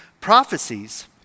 prophecies